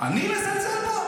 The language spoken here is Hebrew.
אתה מזלזל בו?